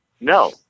No